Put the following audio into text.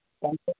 ତାଙ୍କ